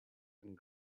and